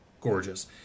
gorgeous